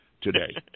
today